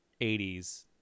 80s